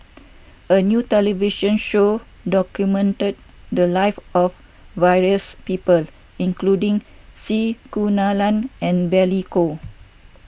a new television show documented the lives of various people including C Kunalan and Billy Koh